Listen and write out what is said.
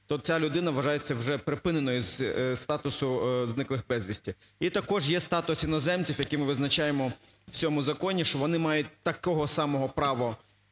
то ця людина вважається вже припиненою зі статусу зниклих безвісти. І також є статус іноземців, які ми визначаємо в цьому законі, що вони мають таке саме право